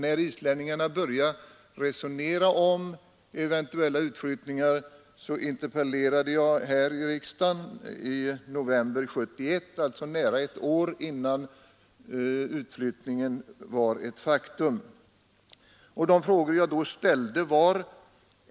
När islänningarna började resonera om eventuella utflyttningar interpellerade jag nämligen här i riksdagen. Det var i november 1971, alltså nära ett år innan utflyttningen var ett faktum. De frågor jag då ställde var: ”1.